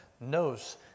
knows